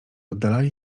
oddalali